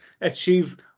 achieve